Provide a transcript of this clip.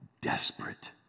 desperate